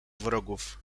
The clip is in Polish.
wrogów